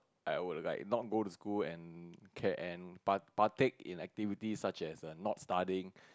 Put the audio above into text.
I would like not go to school and can and part part take in activity such as not studying